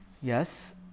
Yes